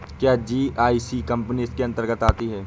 क्या GIC company इसके अन्तर्गत आती है?